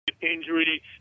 injury